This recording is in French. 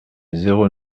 zéro